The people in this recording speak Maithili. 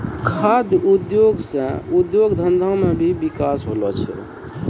खाद्य उद्योग से उद्योग धंधा मे भी बिकास होलो छै